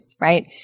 right